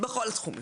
בכל התחומים.